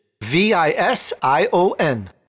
V-I-S-I-O-N